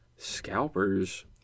scalpers